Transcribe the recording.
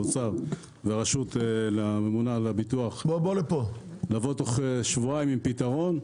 ממשרד האוצר ומהרשות הממונה על הביטוח לבוא תוך שבועיים עם פתרון.